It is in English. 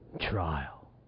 trial